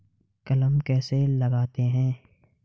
कलम कैसे लगाते हैं?